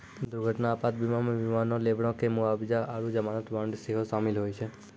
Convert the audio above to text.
दुर्घटना आपात बीमा मे विमानो, लेबरो के मुआबजा आरु जमानत बांड सेहो शामिल होय छै